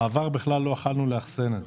בעבר בכלל לא יכולנו לאחסן את זה.